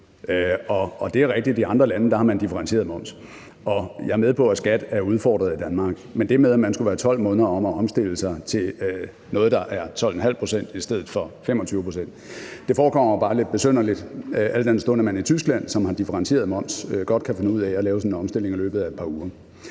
Det er rigtigt, at i de andre lande har de differentieret moms. Og jeg er med på, at skattevæsenet er udfordret i dag, men det med, at man skulle være 12 måneder om at omstille sig til noget, der er 12,5 pct. i stedet for 25 pct., forekommer mig bare lidt besynderligt, al den stund at man i Tyskland, som har differentieret moms, godt kan finde ud af at lave sådan en omstilling i løbet af et par uger.